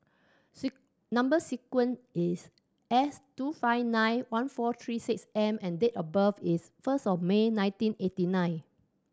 number sequence is S two five nine one four three six M and date of birth is first of May nineteen eighty nine